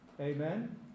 amen